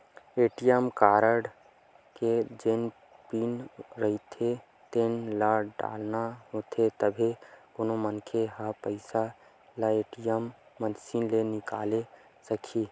ATM card के जेन PIN रहिथे तेन ल डालना होथे तभे कोनो मनखे ह पइसा ल ए.टी.एम मसीन ले निकाले सकही